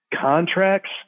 Contracts